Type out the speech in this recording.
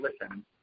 listen